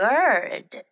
Bird